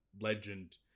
legend